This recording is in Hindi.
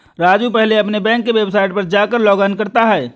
राजू पहले अपने बैंक के वेबसाइट पर जाकर लॉगइन करता है